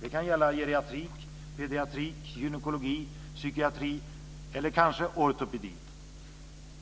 Det kan gälla geriatrik, pediatrik, gynekologi, psykiatri eller kanske ortopedi.